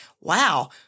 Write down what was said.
wow